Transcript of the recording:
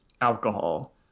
alcohol